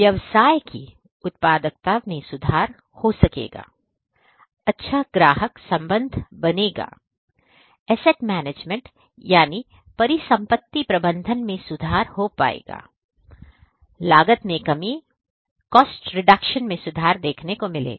व्यवसाय की उत्पादकता में सुधार हो सकेगा है अच्छा ग्राहक संबंध बनेगा एसेट मैनेजमेंट यानी परिसंपत्ति प्रबंधन में सुधार हो पाएगा लागत में कमी cost reduction मैं सुधार देखने को मिलेगा